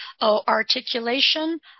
articulation